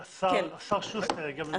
השר שוסטר הגיע במיוחד.